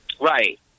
right